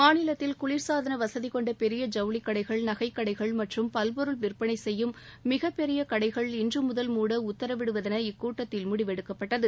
மாநிலத்தில் குளிர்சாதன வசதி கொண்ட பெரிய ஜவுளிக்கடைகள் நகைக்கடைகள் மற்றும் பல்பொருள் விற்பனை செய்யும் மிகப் பெரிய கடைகள் இன்று முதல் மூட உத்தரவிடுவதென இக்கூட்டத்தில் முடிவெடுக்கப்பட்டது